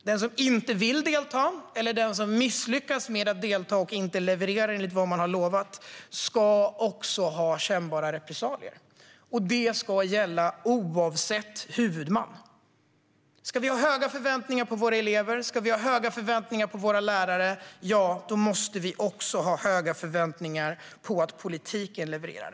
Den som inte vill delta eller som misslyckas och inte levererar det som utlovats ska drabbas av kännbara repressalier. Detta ska gälla oavsett huvudman. Ska vi ha höga förväntningar på våra elever och våra lärare måste vi också ha höga förväntningar på att politiken levererar.